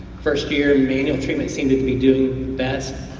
first year, manual treatment seemed to be doing best,